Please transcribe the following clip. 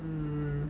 mm